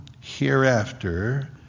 hereafter